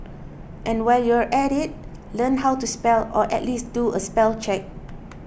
and while you're at it learn how to spell or at least do a spell check